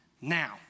now